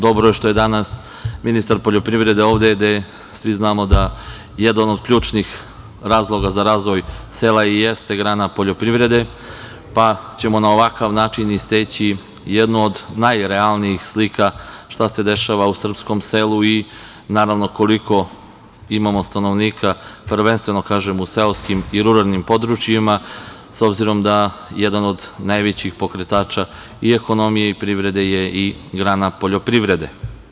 Dobro je što je danas ministar poljoprivrede ovde, gde svi znamo da je jedan od ključnih razloga za razvoj sela i jeste grana poljoprivrede, pa ćemo na ovakav način i steći jednu od najrealnijih slika šta se dešava u srpskom selu i koliko imamo stanovnika prvenstveno, kažem, u seoskim i ruralnim područjima, s obzirom da jedan od najvećih pokretača i ekonomije i privrede je i grana poljoprivrede.